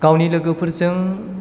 गावनि लोगोफोरजों